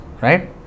right